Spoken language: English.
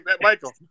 michael